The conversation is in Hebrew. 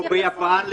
או ביפן לדוגמה.